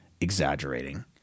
exaggerating